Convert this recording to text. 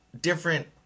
different